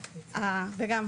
ילדים.